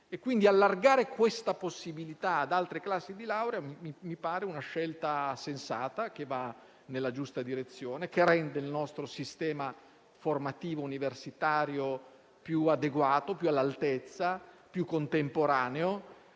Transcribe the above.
Pertanto, allargare questa possibilità ad altre classi di laurea mi pare una scelta sensata, che va nella giusta direzione, che rende il nostro sistema formativo universitario più adeguato, più all'altezza, più contemporaneo.